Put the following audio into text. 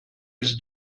ist